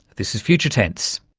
this is future tense.